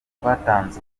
twatanze